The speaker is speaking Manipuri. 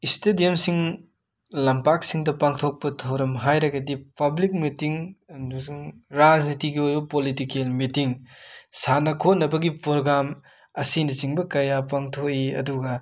ꯏꯁꯇꯦꯗ꯭ꯌꯝꯁꯤꯡ ꯂꯝꯄꯥꯛꯁꯤꯡꯗ ꯄꯥꯡꯊꯣꯛꯄ ꯊꯧꯔꯝ ꯍꯥꯏꯔꯒꯗꯤ ꯄꯕ꯭ꯂꯤꯛ ꯃꯤꯇꯤꯡ ꯑꯟꯗꯁꯨꯡ ꯔꯥꯖꯅꯤꯇꯤꯒꯤ ꯑꯣꯏꯕ ꯄꯣꯂꯤꯇꯤꯀꯦꯜ ꯃꯤꯇꯤꯡ ꯁꯥꯟꯅ ꯈꯣꯠꯅꯕꯒꯤ ꯄꯣꯔꯒꯥꯝ ꯑꯁꯤꯅꯆꯤꯡꯕ ꯀꯌꯥ ꯄꯥꯡꯊꯣꯛꯏ ꯑꯗꯨꯒ